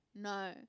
no